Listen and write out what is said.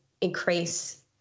increase